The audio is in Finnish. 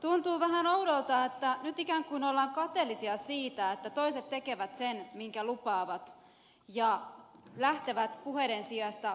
tuntuu vähän oudolta että nyt ikään kuin ollaan kateellisia siitä että toiset tekevät sen minkä lupaavat ja lähtevät puheiden sijasta toimenpiteisiin